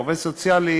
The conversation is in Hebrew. עובד סוציאלי